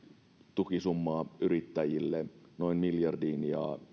tukisummaa yrittäjille noin miljardiin